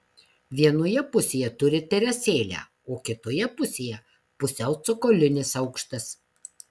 vienoje pusėje turi terasėlę o kitoje pusėje pusiau cokolinis aukštas